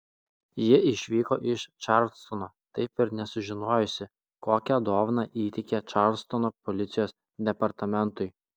ji išvyko iš čarlstono taip ir nesužinojusi kokią dovaną įteikė čarlstono policijos departamentui